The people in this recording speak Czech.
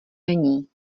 není